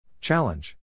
Challenge